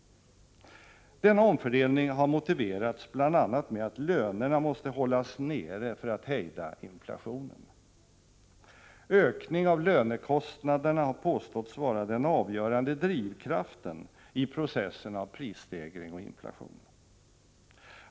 Denna omfördelning har motiverats bl.a. med att lönerna måste hållas nere för att inflationen skall kunna hejdas. Ökning av lönekostnaderna har påståtts vara den avgörande drivkraften i processen av prisstegring och inflation.